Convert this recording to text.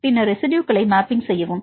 பின்னர் ரெஸிட்யுகளை மேப்பிங் செய்யவும்